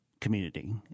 community